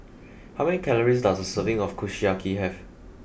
how many calories does a serving of Kushiyaki have